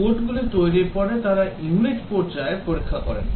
কোডগুলি তৈরির পরে তারা ইউনিট পর্যায়ে পরীক্ষা করেন